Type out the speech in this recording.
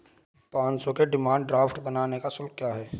पाँच सौ के डिमांड ड्राफ्ट बनाने का शुल्क क्या है?